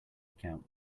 account